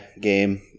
game